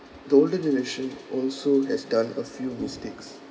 the older generation also has done a few mistakes